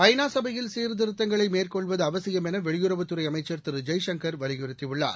ஐ நா சபையில் சீர்த்திருத்தங்களை மேற்கொள்வது அவசியம் என வெளியுறவுத் துறை அமைச்சர் திரு ஜெய்சங்கள் வலியுறுத்தியுள்ளார்